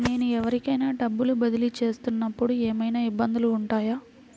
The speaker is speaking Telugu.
నేను ఎవరికైనా డబ్బులు బదిలీ చేస్తునపుడు ఏమయినా ఇబ్బందులు వుంటాయా?